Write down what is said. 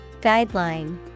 Guideline